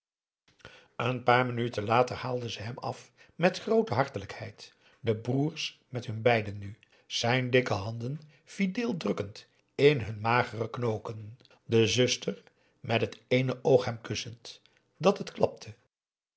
een paar minuten later haalden ze hem af met groote hartelijkheid de broers met hun beiden nu zijn dikke handen fideel drukkend in hun magere knokken de zuster met het eene oog hem kussend dat het klapte